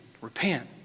repent